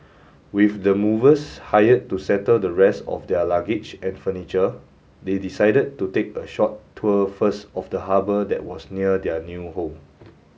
with the movers hired to settle the rest of their luggage and furniture they decided to take a short tour first of the harbour that was near their new home